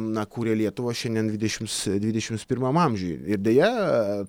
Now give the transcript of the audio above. na kuria lietuvą šiandien dvidešimts dvidešimts pirmam amžiuj ir deja